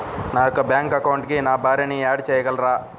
నా యొక్క బ్యాంక్ అకౌంట్కి నా భార్యని యాడ్ చేయగలరా?